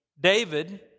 David